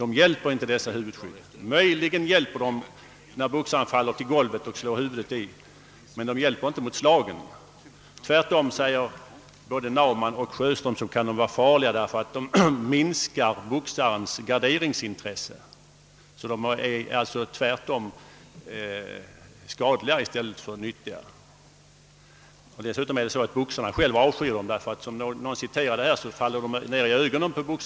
Möjligen hjälper skyddet när boxaren faller i golvet och slår i huvudet, men det hjälper inte mot slagen. I stället för att vara till nytta kan det enligt dessa experter t.o.m. vara skadligt, eftersom det minskar boxarens intresse av att gardera sig. Dessutom avskyr boxarna själva huvudskyddet därför att det kan falla ned i ögonen.